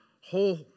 whole